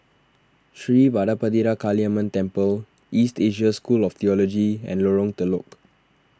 Sri Vadapathira Kaliamman Temple East Asia School of theology and Lorong Telok